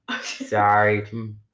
sorry